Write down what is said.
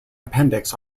appendix